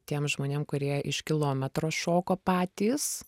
tiem žmonėm kurie iš kilometro šoko patys